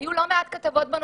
והיו לא מעט כתבות בנושא,